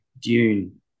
Dune